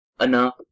enough